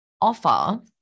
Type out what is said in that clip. offer